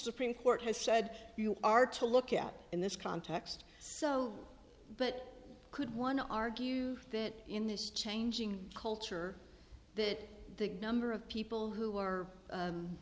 supreme court has said you are to look at in this context so but could one argue that in this changing culture that the number of people who are